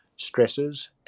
stresses